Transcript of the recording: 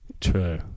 True